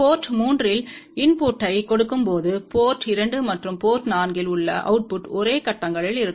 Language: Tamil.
போர்ட் 3 இல் இன்புட்டைக் கொடுக்கும்போது போர்ட் 2 மற்றும் போர்ட் 4 இல் உள்ள அவுட்புட் ஒரே கட்டங்களில் இருக்கும்